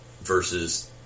versus